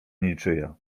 niczyja